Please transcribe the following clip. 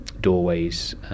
doorways